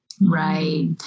Right